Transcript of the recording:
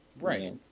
Right